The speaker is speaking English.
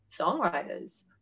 songwriters